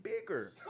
bigger